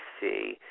see